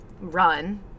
run